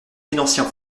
financiers